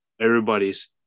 everybody's